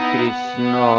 Krishna